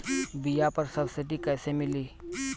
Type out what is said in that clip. बीया पर सब्सिडी कैसे मिली?